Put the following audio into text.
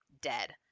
dead